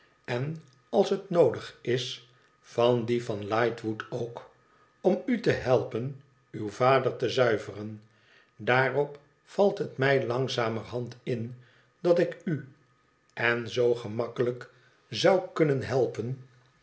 en als het noodig is van die van lightwood ook om u te helpen uw vader te zuiveren daarop valt het mij langzamerhand in dat ik u en zoo gemakkelijk zou kunnen helpen